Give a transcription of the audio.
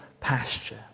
pasture